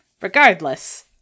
Regardless